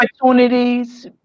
opportunities